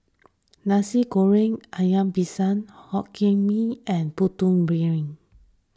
Nasi Goreng Ikan Bilis Hokkien Mee and Putu Piring